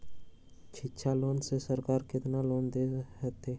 शिक्षा लोन में सरकार केतना लोन दे हथिन?